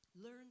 Learn